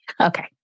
okay